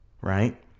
right